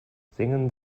singen